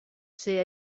ser